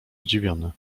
zdziwiony